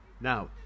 Now